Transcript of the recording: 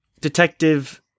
Detective